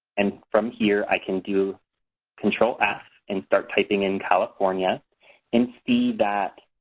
and from here i can do control f and start typing in california and see that